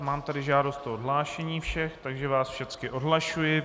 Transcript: Mám tady žádost o odhlášení všech, takže vás všechny odhlašuji.